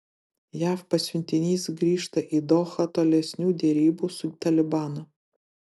jav pasiuntinys grįžta į dohą tolesnių derybų su talibanu